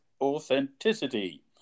authenticity